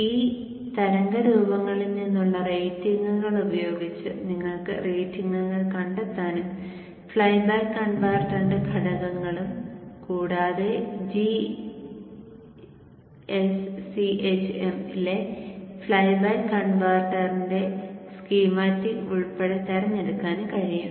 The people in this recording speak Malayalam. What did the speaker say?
ഈ തരംഗ രൂപങ്ങളിൽ നിന്നുള്ള റേറ്റിംഗുകൾ ഉപയോഗിച്ച് നിങ്ങൾക്ക് റേറ്റിംഗുകൾ കണ്ടെത്താനും ഫ്ലൈബാക്ക് കൺവെർട്ടറിന്റെ ഘടകങ്ങളും കൂടാതെ gschem ലെ ഫ്ലൈബാക്ക് കൺവെർട്ടറിന്റെ സ്കീമാറ്റിക് ഉൾപ്പെടെ തിരഞ്ഞെടുക്കാനും കഴിയും